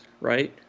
right